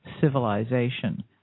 civilization